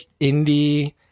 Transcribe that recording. indie